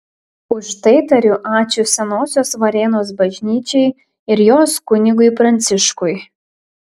už tai tariu ačiū senosios varėnos bažnyčiai ir jos kunigui pranciškui